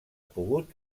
pogut